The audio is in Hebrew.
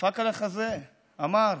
דפק על החזה, אמר: